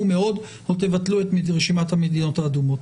מאוד או תבטלו את רשימת המדינות האדומות